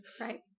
right